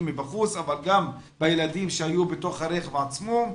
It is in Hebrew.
מבחוץ אבל גם בילדים שהיו בתוך הרכב עצמו.